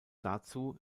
dazu